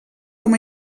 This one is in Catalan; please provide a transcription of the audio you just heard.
com